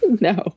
No